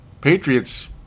Patriots